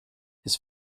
his